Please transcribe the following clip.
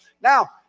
Now